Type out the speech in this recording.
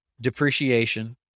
depreciation